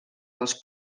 dels